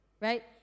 right